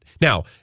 Now